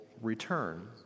return